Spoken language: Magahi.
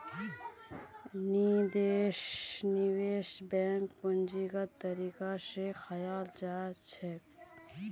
निवेश बैंकक पूंजीगत तरीका स दखाल जा छेक